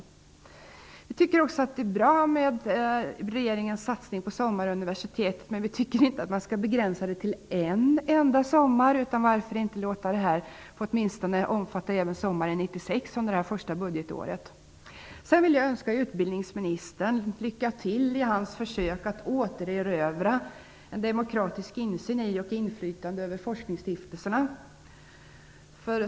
Vidare tycker vi att regeringens satsning på sommaruniversitetet är bra. Men vi tycker inte att det skall begränsas till en enda sommar. Varför inte låta detta åtminstone omfatta även sommaren 1996 under det här första nya budgetåret? Sedan vill jag önska utbildningsministern lycka till i hans försök att återerövra en demokratisk insyn i och ett demokratiskt inflytande över forskningsstiftelserna.